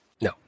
No